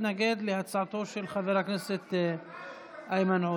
ביקשת להתנגד להצעתו של חבר הכנסת איימן עודה.